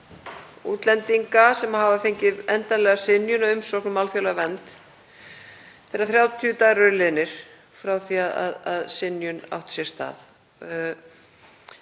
útlendinga sem hafa fengið endanlega synjun á umsókn um alþjóðlega vernd þegar 30 dagar eru liðnir frá því að synjun átti sér stað.